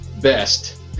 best